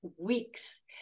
weeks